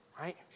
right